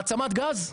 מעצמת גז?